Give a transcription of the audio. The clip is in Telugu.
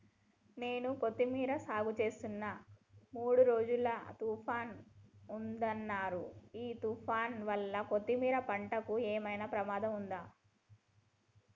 నేను కొత్తిమీర సాగుచేస్తున్న మూడు రోజులు తుఫాన్ ఉందన్నరు ఈ తుఫాన్ వల్ల కొత్తిమీర పంటకు ఏమైనా ప్రమాదం ఉందా?